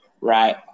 Right